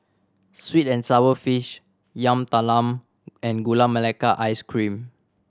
sweet and sour fish Yam Talam and Gula Melaka Ice Cream